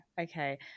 okay